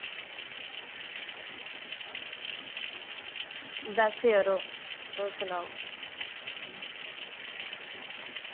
बस यरो तुस सनाओ